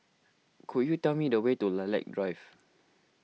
could you tell me the way to Lilac Drive